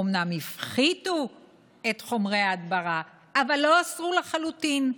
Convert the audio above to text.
אומנם הפחיתו את חומרי ההדברה אבל לא אסרו לחלוטין.